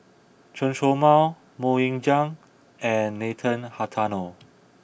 Chen Show Mao Mok Ying Jang and Nathan Hartono